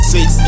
Six